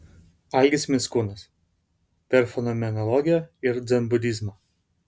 algis mickūnas per fenomenologiją į dzenbudizmą